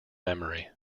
memory